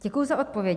Děkuji za odpovědi.